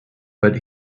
but